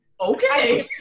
Okay